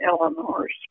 Eleanor's